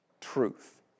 truth